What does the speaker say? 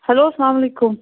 hello اَلسلامُ علیکُم